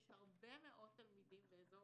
יש הרבה מאוד תלמידים באזור